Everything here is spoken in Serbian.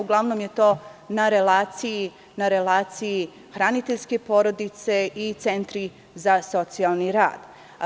Uglavnom je to na relaciji hraniteljske porodice i centri za socijalni rad.